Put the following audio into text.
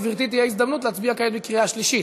לגברתי תהיה הזדמנות להצביע כעת בקריאה שלישית.